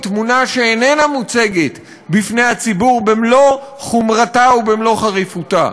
היא תמונה שאיננה מוצגת בפני הציבור במלוא חומרתה ובמלוא חריפותה.